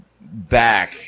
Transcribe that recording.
back